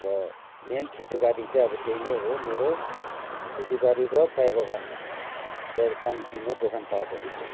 र मेन खेतीबारी चाहिँ अब त्यही नै हो मेरो खेती बारी र चाय बगान र सानोतिनो दोकान पार्टहरू छन्